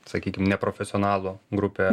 sakykim neprofesionalų grupė